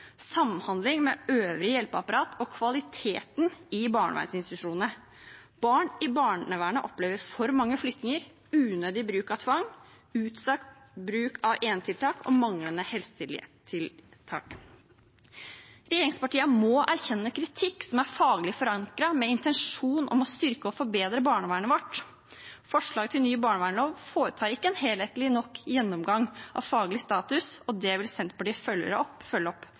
samhandling med øvrig hjelpeapparat og kvaliteten i barnevernsinstitusjonene. Barn i barnevernet opplever for mange flyttinger, unødig bruk av tvang, utstrakt bruk av enetiltak og manglende helsetiltak. Regjeringspartiene må erkjenne kritikk som er faglig forankret, med intensjon om å styrke og forbedre barnevernet vårt. Forslaget til ny barnevernslov foretar ikke en helhetlig nok gjennomgang av faglig status, og det vil Senterpartiet følge opp.